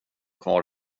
kvar